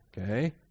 okay